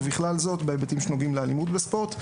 ובכלל זאת בהיבטים הנוגעים לאלימות בספורט.